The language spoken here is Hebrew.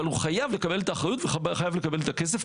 אבל הוא חייב לקבל את האחריות וחייב לקבל את הכסף,